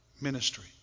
ministry